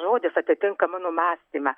žodis atitinka mano mąstymą